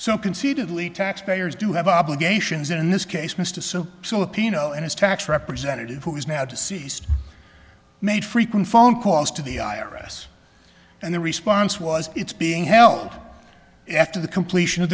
so conceitedly taxpayers do have obligations in this case mr super filipino and his tax representative who is now deceased made frequent phone calls to the i r s and the response was it's being held after the completion of